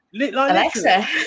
Alexa